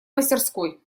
мастерской